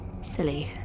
Silly